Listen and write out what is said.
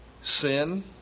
Sin